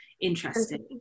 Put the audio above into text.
interesting